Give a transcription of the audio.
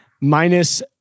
Minus